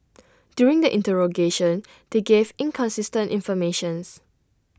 during the interrogation they gave inconsistent information